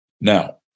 Now